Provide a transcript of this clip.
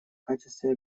качестве